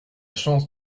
chance